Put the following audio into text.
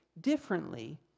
differently